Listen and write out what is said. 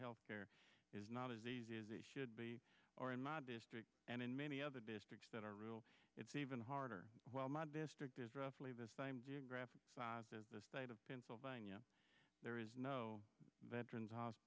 health care is not as easy as they should be or in my district and in many other districts that are real it's even harder while my district is roughly the same geographic size as the state of pennsylvania there is no veterans house